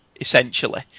essentially